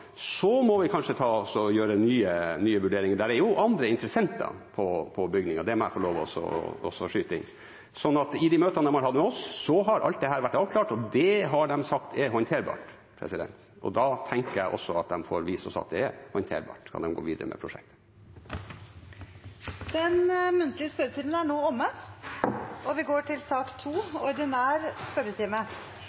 må vi kanskje gjøre nye vurderinger. Det er jo andre interessenter når det gjelder bygningen, det må jeg få lov til å skyte inn. I de møtene de har hatt med oss, har alt dette vært avklart, og det har de sagt er håndterbart. Da tenker jeg at de også får vise oss at det er håndterbart, når de går videre med prosjektet. Den muntlige spørretimen er omme. Det blir noen endringer i den oppsatte spørsmålslisten, og presidenten viser i den sammenheng til